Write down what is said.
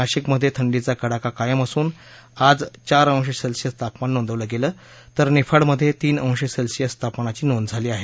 नाशिकमध्ये थंडीचा कडाका कायम असून आज चार अंश सेल्सिअस तापमान नोंदवलं गेलं तर निफाडमध्ये तीन अंश सेल्सिअस तापमानाची नोंद झाली आहे